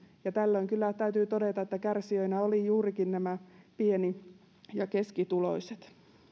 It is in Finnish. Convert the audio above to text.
ja tällöin kyllä täytyy todeta että kärsijöinä olivat juurikin nämä pieni ja keskituloiset